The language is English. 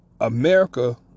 america